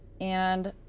and,